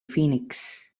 phoenix